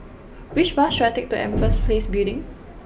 which bus should I take to Empress Place Building